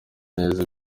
neza